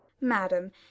Madam